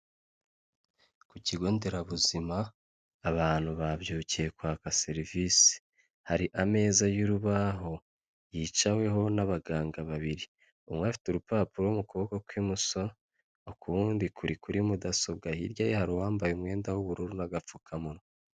Ku kigo nderabuzima abantu babyukiye kwaka serivisi, hari ameza y'urubaho yicaweho n'abaganga babiri, umwe afite urupapuro mu kuboko kw'imoso ukundi kuri kuri mudasobwa, hirya ye hari uwambaye umwenda w'ubururu n'agapfukamunwa.